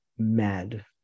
mad